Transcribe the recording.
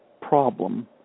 problem